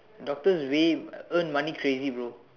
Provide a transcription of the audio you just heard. doctors really earn money crazy bro